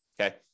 Okay